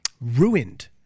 ruined